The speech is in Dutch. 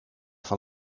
van